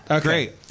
Great